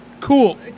Cool